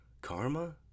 Karma